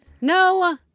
no